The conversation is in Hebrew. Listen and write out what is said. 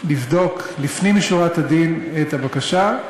לבדוק לפנים משורת הדין את הבקשה,